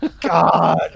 God